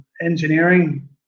engineering